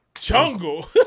Jungle